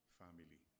family